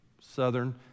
Southern